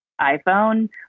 iphone